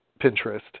Pinterest